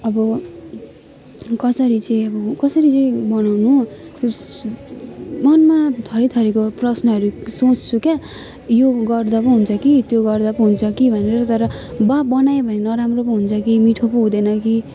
अब कसरी चाहिँ अब कसरी यो बनाउनु मनमा थरीथरीको प्रश्नहरू सोच्छु के यो गर्दा नै हुन्छ कि त्यो गर्दा पो हुन्छ कि भनेर तर वा बनाऊँ भन्दा नराम्रो पो हुन्छ कि मिठो पो हुँदैन कि